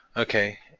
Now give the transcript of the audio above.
okay,